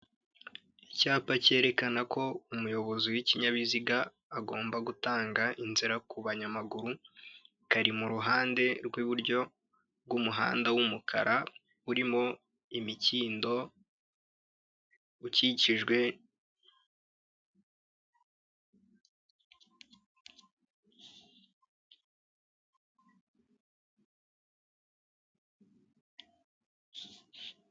Icyapa cyerekana ko umuyobozi w'ikinyabiziga agomba gutanga inzira ku banyamaguru, kari mu ruhande rw'iburyo bw'umuhanda w'umukara, urimo imikindo ukikijwe.